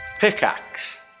Pickaxe